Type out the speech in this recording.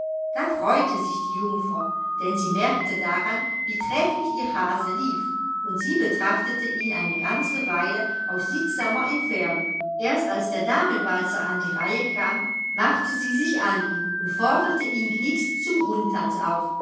da freute sich die jungfer denn sie merkte daran wie trefflich ihr hase lief und sie betrachtete ihn eine ganze weile aus sittsamer entfernung erst als der damenwalzer an die reihe kam machte sie sich an ihn und forderte ihn knicksend zum rundtanz auf